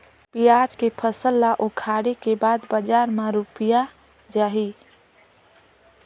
पियाज के फसल ला उखाड़े के बाद बजार मा रुपिया जाही?